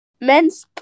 men's